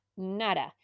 Nada